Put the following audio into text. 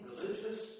religious